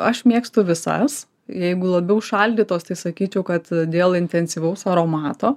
aš mėgstu visas jeigu labiau šaldytos tai sakyčiau kad dėl intensyvaus aromato